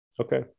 Okay